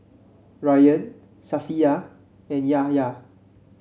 Ryan Safiya and Yahya